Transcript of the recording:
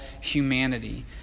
humanity